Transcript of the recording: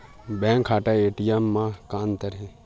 Bank खाता ATM मा का अंतर हे?